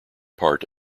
part